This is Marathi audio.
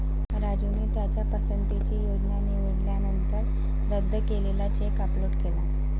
राजूने त्याच्या पसंतीची योजना निवडल्यानंतर रद्द केलेला चेक अपलोड केला